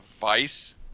vice